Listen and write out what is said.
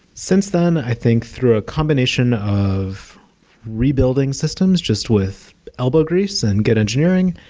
since then, i think through a combination of rebuilding systems just with elbow grease and good engineering,